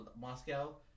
Moscow